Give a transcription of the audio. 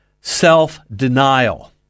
Self-denial